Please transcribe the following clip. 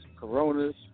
Coronas